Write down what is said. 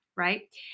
right